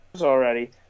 already